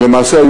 ולמעשה,